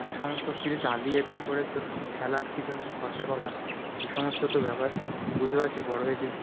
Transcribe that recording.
এত সমস্ত কিছু চালিয়ে তারপরে তোর খেলার পিছনে খরচা করা এই সমস্ত তো ব্যাপার তুই বুঝতে পারছি বড়ো হয়ে তুই